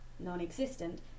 non-existent